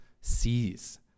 sees